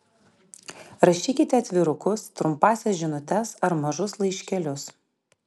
rašykite atvirukus trumpąsias žinutes ar mažus laiškelius